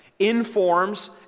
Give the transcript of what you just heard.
informs